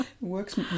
Works